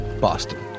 Boston